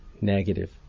negative